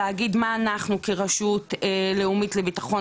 להגיד מה אנחנו כרשות לאומית לביטחון